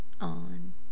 on